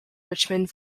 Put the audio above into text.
richmond